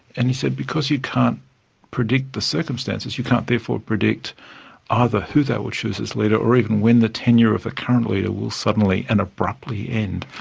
and he said because you can't predict the circumstances, you can't therefore predict either who they will choose as leader, or even when the tenure of a current leader will suddenly and abruptly end.